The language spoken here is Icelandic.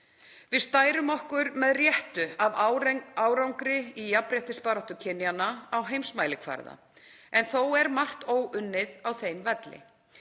Við stærum okkur með réttu af árangri í jafnréttisbaráttu kynjanna á heimsmælikvarða en þó er margt óunnið á þeim velli.